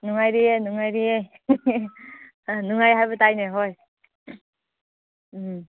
ꯅꯨꯡꯉꯥꯏꯔꯤꯌꯦ ꯅꯨꯡꯉꯥꯏꯔꯤꯌꯦ ꯅꯨꯡꯉꯥꯏ ꯍꯥꯏꯕ ꯇꯥꯏꯅꯦ ꯍꯣꯏ ꯎꯝ